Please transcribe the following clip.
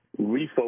refocus